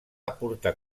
aportar